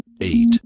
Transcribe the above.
eight